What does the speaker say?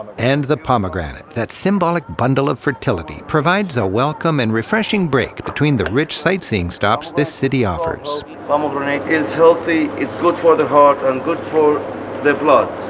and the pomegranate that symbolic bundle of fertility provides a welcome and refreshing break between the rich sight-seeing stops this city offers. man pomegranate is healthy, it's good for the heart and good for the blood.